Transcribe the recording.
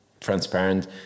transparent